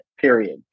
period